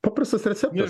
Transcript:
paprastas receptas